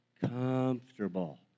comfortable